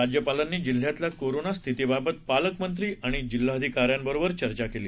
राज्यपालांनी जिल्ह्यातल्या कोरोना स्थितीबाबत पालकमंत्री आणि जिल्हाधिकाऱयांबरोबर चर्चा केली